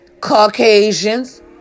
Caucasians